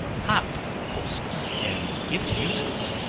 hop poultice, and its uses.